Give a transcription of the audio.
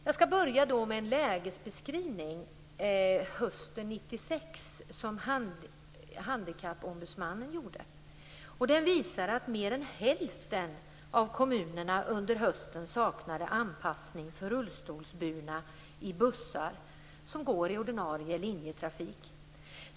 Jag skall börja med att återge en lägesbeskrivning från hösten 1996 som Handikappombudsmannen gjort. Den visar att mer än hälften av kommunerna under hösten saknade anpassning för rullstolsburna i bussar som går i ordinarie linjetrafik.